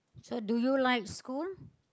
so do you like school